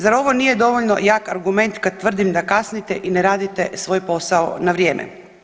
Zar ovo nije dovoljno jak argument kad tvrdim da kasnite i ne radite svoj posao na vrijeme.